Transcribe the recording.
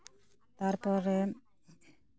ᱛᱟᱨᱯᱚᱨᱮ